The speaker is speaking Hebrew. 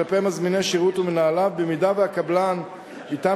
כלפי מזמיני שירות ומנהליו במקרה שקבלן שאתו